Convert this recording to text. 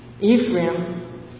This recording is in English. Ephraim